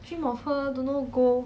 dream of her don't know go